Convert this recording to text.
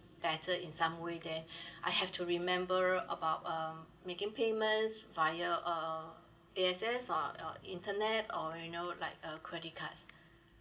better in some way than I have to remember about um making payments via uh A_X_S or uh internet or you know like a credit cards